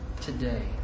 today